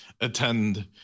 attend